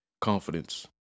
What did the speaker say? Confidence